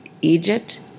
Egypt